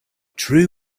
true